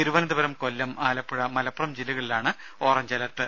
തിരുവനന്തപുരം കൊല്ലം ആലപ്പുഴ മലപ്പുറം ജില്ലകളിലാണ് orange alert